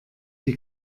die